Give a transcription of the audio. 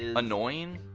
ah annoying?